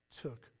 took